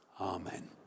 amen